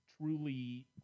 truly